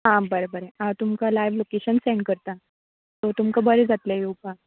आ बरें बरें हांव तुमकां लायव लोकेशन सेंड करता सो तुमकां बरें जातलें येवपा